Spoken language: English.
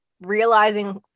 realizing